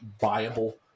viable